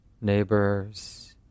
neighbors